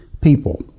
People